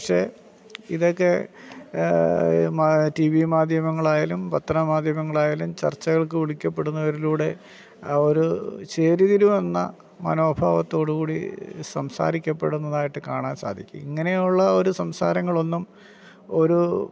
പക്ഷെ ഇതൊക്കെ T V മാധ്യമങ്ങളായാലും പത്രമാധ്യമങ്ങളായാലും ചർച്ചകൾക്ക് വിളിക്കപ്പെടുന്നവരിലൂടെ ആ ഒരു ചേരിതിരിവെന്ന മനോഭാവത്തോടുകൂടി സംസാരിക്കപ്പെടുന്നതായിട്ട് കാണാൻ സാധിക്കും ഇങ്ങനെയുള്ള ഒരു സംസാരങ്ങളൊന്നും ഒരു